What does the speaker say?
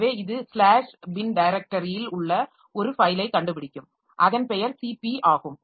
எனவே இது slash bin டைரக்டரியில் உள்ள ஒரு ஃபைலைக் கண்டுபிடிக்கும் அதன் பெயர் cp ஆகும்